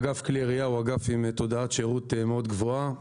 אגף כלי ירייה הוא אגף עם תעודת שירות מאוד גבוהה,